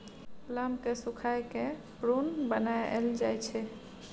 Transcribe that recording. plum केँ सुखाए कए प्रुन बनाएल जाइ छै